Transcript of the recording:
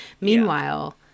Meanwhile